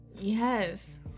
Yes